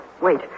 Wait